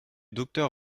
docteur